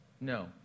No